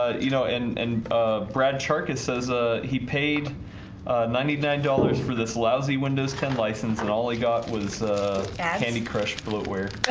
ah you know and and brad charkha says ah he paid ninety nine dollars for this lousy windows ten license and all he got was candy crushed blue air